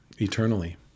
eternally